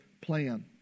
plan